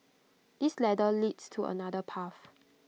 this ladder leads to another path